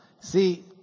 See